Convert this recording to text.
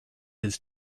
his